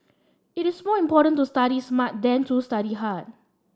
it is more important to study smart than to study hard